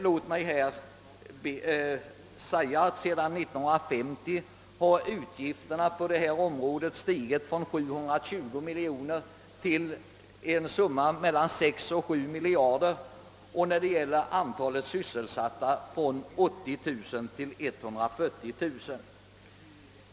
Låt mig bara säga, att sedan 1950 har utgifterna på detta område stigit från 720 miljoner kronor till 6 å 7 miljarder kronor samtidigt som antalet sysselsatta inom hälsooch sjukvården har stigit från 30 000 till 140 000.